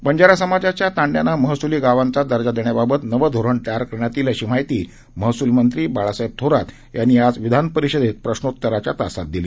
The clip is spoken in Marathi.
बंजारा समाजाच्या तांड्यांना महसुली गावांचा दर्जा देण्याबाबत नवं धोरण तयार करण्यात येईल अशी माहिती महसूलमंत्री बाळासाहेब थोरात यांनी आज विधानपरिषदेत प्रश्रोत्तराच्या तासात दिली